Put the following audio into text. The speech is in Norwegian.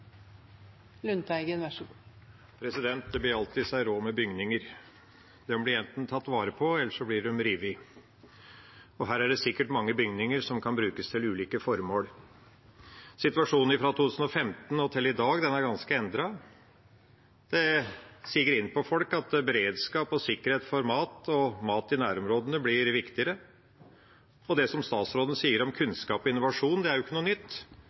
på, eller så blir de revet. Her er det sikkert mange bygninger som kan brukes til ulike formål. Situasjonen har endret seg ganske mye fra 2015 til i dag. Det siver inn hos folk at beredskap og sikkerhet for mat og mat i nærområdene blir viktigere. Det som statsråden sier om kunnskap og innovasjon, er ikke noe nytt. Det er jo